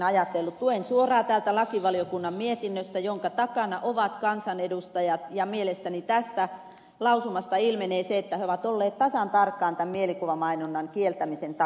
luen suoraan täältä lakivaliokunnan mietinnöstä jonka takana ovat kansanedustajat ja mielestäni tästä lausumasta ilmenee se että he ovat olleet tasan tarkkaan tämän mielikuvamainonnan kieltämisen takana